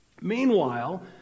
Meanwhile